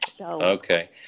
Okay